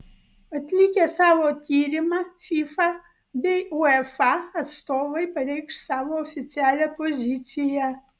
atlikę savo tyrimą fifa bei uefa atstovai pareikš savo oficialią poziciją